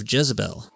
Jezebel